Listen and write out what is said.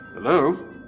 Hello